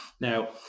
Now